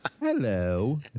Hello